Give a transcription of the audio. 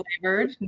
flavored